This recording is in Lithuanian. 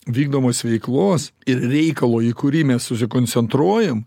vykdomos veiklos ir reikalo į kurį mes susikoncentruojam